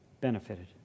benefited